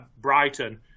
Brighton